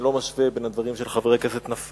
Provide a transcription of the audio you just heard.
אני לא משווה בין הדברים של חבר הכנסת נפאע,